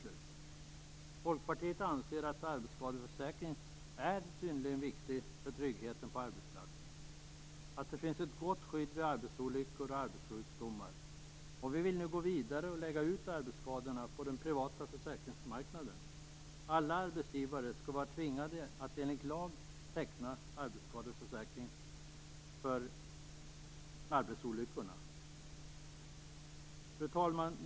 Vi i Folkpartiet anser att arbetsskadeförsäkringen är synnerligen viktig för tryggheten på arbetsplatsen. Det är viktigt att det finns ett gott skydd vid arbetsolyckor och arbetssjukdomar. Vi vill nu gå vidare, och lägga ut arbetsskadefallen på den privata försäkringsmarknaden. Alla arbetsgivare skall enligt lag vara tvingade att teckna arbetsskadeförsäkring för arbetsolyckorna. Fru talman!